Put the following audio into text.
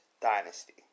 dynasty